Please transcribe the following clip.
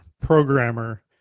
programmer